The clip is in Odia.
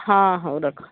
ହଁ ହଁ ହଉ ରଖ